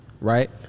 Right